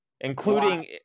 Including